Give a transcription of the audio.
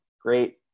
great